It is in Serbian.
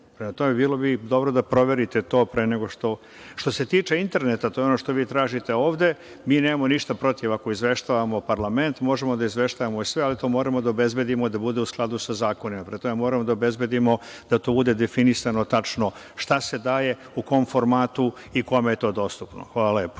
Prema tome, bilo bi dobro da proverite to. Što se tiče interneta, to je ono što vi tražite ovde, mi nemamo ništa protiv, jer ako izveštavamo parlament, možemo da izveštavamo i sve, ali to moramo da obezbedimo da bude u skladu sa zakonima. Prema tome, moramo da obezbedimo da to bude definisano tačno šta se daje, u kom formatu i kome je to dostupnu. Hvala lepo.